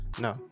no